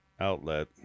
outlet